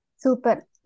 Super